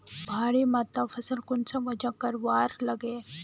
भारी मात्रा फसल कुंसम वजन करवार लगे?